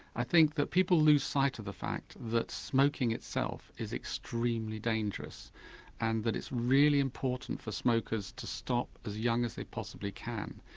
i think that people lose sight of the fact that smoking itself is extremely dangerous and that it's really important for smokers to stop as young as they possibly can.